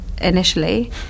initially